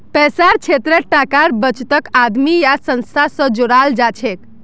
पैसार क्षेत्रत टाकार बचतक आदमी या संस्था स जोड़ाल जाछेक